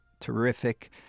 terrific